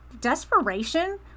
desperation